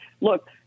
Look